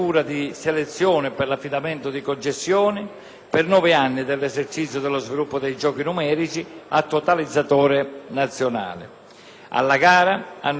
per nove anni dell'esercizio e dello sviluppo dei giochi numerici a totalizzatore nazionale. Alla gara hanno partecipato SISAL, Lottomatica e SNAI.